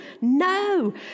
no